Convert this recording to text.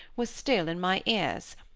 was still in my ears.